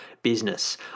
Business